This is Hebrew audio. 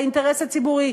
לאינטרס הציבורי,